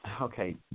Okay